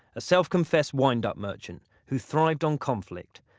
a self-confessed wind-up merchant who thrived on conflict.